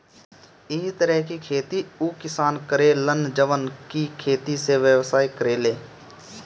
इ तरह के खेती उ किसान करे लन जवन की खेती से व्यवसाय करेले